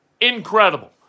Incredible